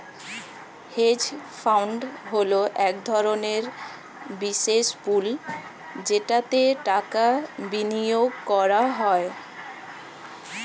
hedge fund হলো এক ধরনের বিশেষ পুল যেটাতে টাকা বিনিয়োগ করা হয়